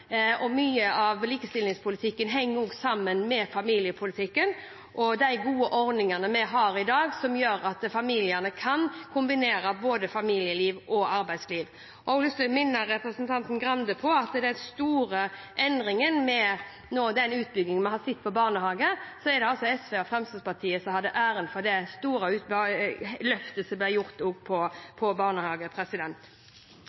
Mye av likestillingspolitikken henger også sammen med familiepolitikken og de gode ordningene vi har i dag, som gjør at familiene kan kombinere familieliv og arbeidsliv. Jeg har også lyst til å minne representanten Grande på at når det gjelder den store endringen vi har sett med utbyggingen på barnehage, så er det altså SV og Fremskrittspartiet som har æren for det store løftet som ble gjort